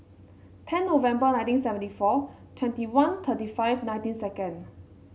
ten November nineteen seventy four twenty one thirty five nineteen second